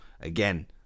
again